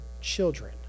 children